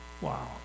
wow